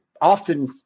often